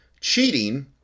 cheating